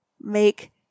make